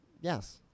Yes